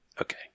okay